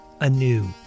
anew